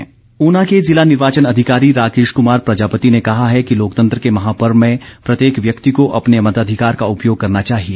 SVEEP कार्यक्रम ऊना के ज़िला निर्वाचन अधिकारी राकेश कुमार प्रजापति ने कहा है कि लोकतंत्र के महापर्व में प्रत्येक व्यक्ति को अपने मताधिकार का उपयोग करना चाहिए